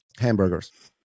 hamburgers